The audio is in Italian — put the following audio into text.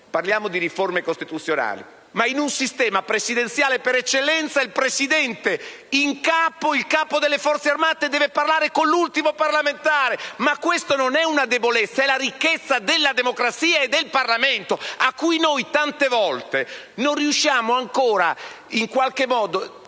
Parliamo di riforme costituzionali: in un sistema presidenziale per eccellenza il Presidente, capo delle Forze armate, deve parlare con l'ultimo parlamentare. Ma questa non è una debolezza: è la ricchezza della democrazia e del Parlamento di cui noi tante volte non riusciamo ancora in qualche modo